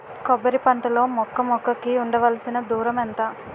కొబ్బరి పంట లో మొక్క మొక్క కి ఉండవలసిన దూరం ఎంత